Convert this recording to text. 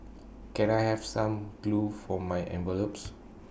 can I have some glue for my envelopes